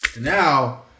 Now